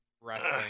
Wrestling